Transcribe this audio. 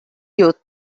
youth